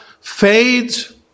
fades